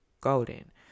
golden